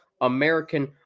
American